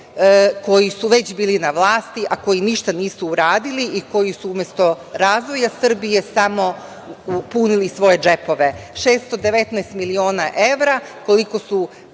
koji su već bili na vlasti, a koji ništa nisu uradili i koji su umesto razvoja Srbije samo punili svoje džepove. Šesto devetnaest miliona evra koliko su